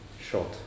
Short